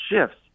shifts